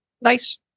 Nice